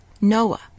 Noah